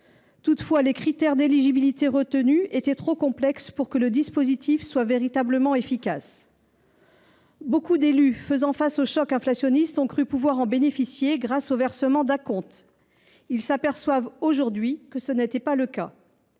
Toutefois, les critères d’éligibilité retenus étaient trop complexes pour que le dispositif soit véritablement efficace. Beaucoup d’élus, faisant face au choc inflationniste, ont cru pouvoir en bénéficier, grâce au versement d’acomptes. Ils s’aperçoivent aujourd’hui que ce n’était pas le cas.